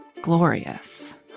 glorious